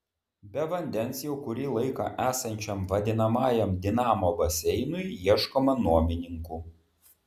be vandens jau kurį laiką esančiam vadinamajam dinamo baseinui ieškoma nuomininkų